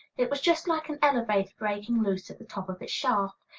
it was just like an elevator breaking loose at the top of its shaft.